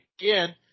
again